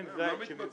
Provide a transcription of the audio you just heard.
שמן זית מסוים.